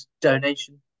donation